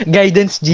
Guidance